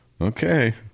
Okay